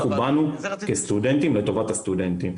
אנחנו באנו כסטודנטים לטובת הסטודנטים.